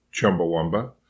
Chumbawamba